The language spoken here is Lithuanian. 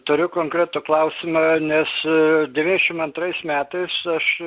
turiu konkretų klausimą nes devyniasdešim antrais metais aš